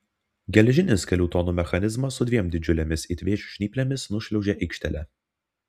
geležinis kelių tonų mechanizmas su dviem didžiulėmis it vėžio žnyplėmis nušliaužė aikštele